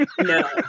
No